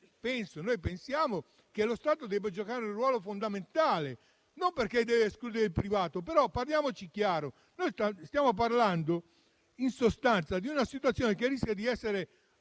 Noi pensiamo che lo Stato debba giocare un ruolo fondamentale. Non deve escludere il privato, ma noi stiamo parlando in sostanza di una situazione che rischia di essere